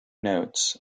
notes